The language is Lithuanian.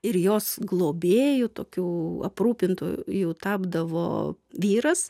ir jos globėju tokiu aprūpintoju jau tapdavo vyras